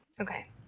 Okay